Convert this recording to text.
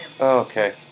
Okay